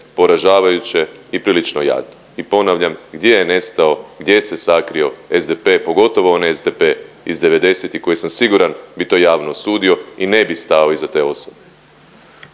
poražavajuće i prilično jadno. I ponavljam gdje je nestao, gdje se sakrio SDP, pogotovo onaj SDP iz 90-ih koji sam siguran bi to javno osudio i ne bi stao iza te osobe.